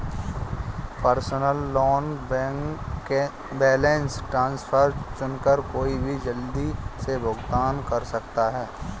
personal loan balance transfer चुनकर कोई भी जल्दी से भुगतान कर सकता है